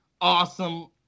awesome